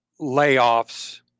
layoffs